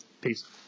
Peace